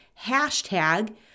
hashtag